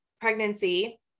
pregnancy